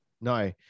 No